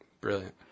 Brilliant